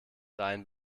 rein